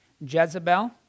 Jezebel